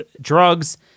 drugs